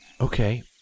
Okay